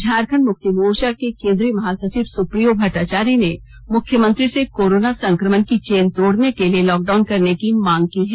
झारखंड मुक्ति मोर्चा के केंद्रीय महासचिव सुप्रियो भट्टाचार्य ने मुख्यमंत्री से कोरोना संकमण की चेन तोड़ने के लिए लॉकडाउन करने की मांग की है